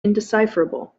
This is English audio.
indecipherable